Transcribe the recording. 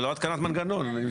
התקנת מנגנון.